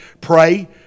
pray